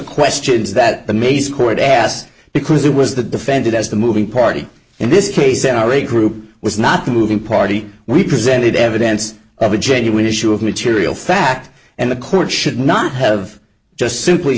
questions that the maze court asked because it was the defendant as the moving party in this case n r a group was not the moving party we presented evidence of a genuine issue of material fact and the court should not have just simply